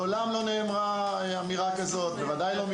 מעולם לא נאמרה אמירה כזאת, בוודאי לא מפי.